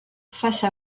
face